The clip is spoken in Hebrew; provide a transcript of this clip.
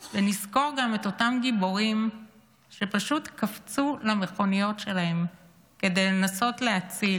ונזכור גם את אותם גיבורים שפשוט קפצו למכוניות שלהם כדי לנסות להציל,